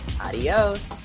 adios